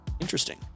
Interesting